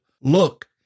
look